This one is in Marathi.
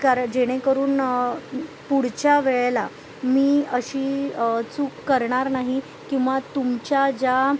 कार जेणेकरून पुढच्या वेळेला मी अशी चूक करणार नाही किंवा तुमच्या ज्या